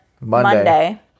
Monday